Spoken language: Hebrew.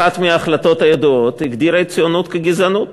אחת ההחלטות הידועות הגדירה את הציונות כגזענות,